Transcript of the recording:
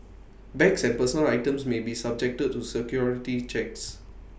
bags and personal items may be subjected to security checks